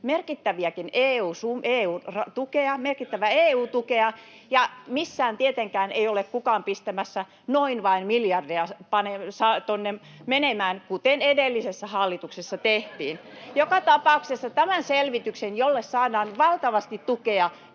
on hyvinkin saatavissa merkittävää EU-tukea, ja missään tietenkään ei ole kukaan pistämässä noin vain miljardeja menemään, kuten edellisessä hallituksessa tehtiin. [Vasemmalta: Ohhoh!] Joka tapauksessa tämä selvitys, jolle saadaan valtavasti tukea